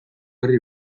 herri